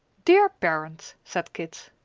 dear parent, said kit.